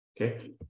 Okay